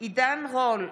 עידן רול,